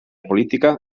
política